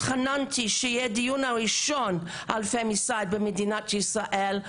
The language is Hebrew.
התחננתי שיהיה דיון ראשון על רצח נשים במדינת ישראל.